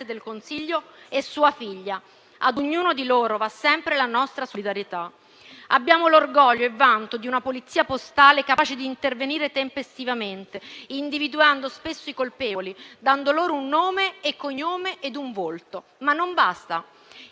del Consiglio e sua figlia. A ognuno di loro va sempre la nostra solidarietà. Abbiamo l'orgoglio e il vanto di una Polizia postale capace di intervenire tempestivamente, individuando spesso i colpevoli, dando loro un nome, un cognome e un volto. Ma non basta.